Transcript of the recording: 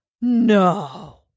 No